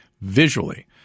visually